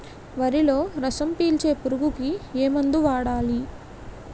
వరిలో రసం పీల్చే పురుగుకి ఏ మందు వాడాలి?